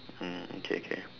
mm okay K